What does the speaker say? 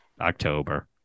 October